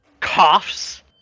coughs